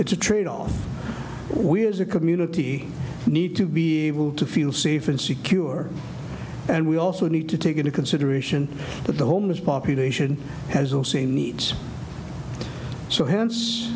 it's a tradeoff we as a community need to be able to feel safe and secure and we also need to take into consideration that the homeless population has all seen needs so hence